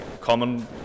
common